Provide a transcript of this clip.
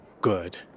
good